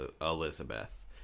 Elizabeth